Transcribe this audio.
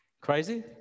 crazy